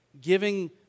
giving